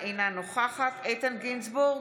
אינה נוכחת איתן גינזבורג,